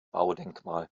baudenkmal